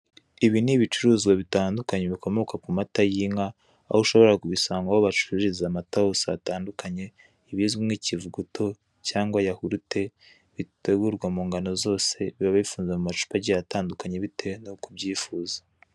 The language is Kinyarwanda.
Ibi ni ibicuruzwa bitandukanye bikomoka ku mata y'inka, aho ushobora kubisanga aho bacururiza amata hose hatandukanye, ibizwi nk'ikivuguto cyangwa yawurute bitegurwa mu ngano zose biba bifunze mu macupa agiye atandukanye bitewe nuko ubyifuza.